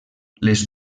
les